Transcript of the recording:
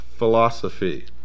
philosophy